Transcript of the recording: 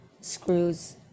screws